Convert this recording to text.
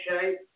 shape